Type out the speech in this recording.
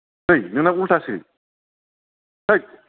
है नोंना उल्थासो होद